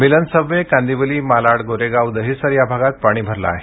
मिलन subway Kandivali Malad Goregaon Dahisar या भागात पाणी भरले आहे